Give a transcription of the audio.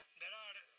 there are,